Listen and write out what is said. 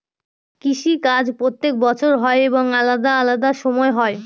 কৃষি কাজ প্রত্যেক বছর হয় এবং আলাদা আলাদা সময় হয়